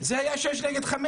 זה היה 6 נגד 5,